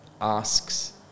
asks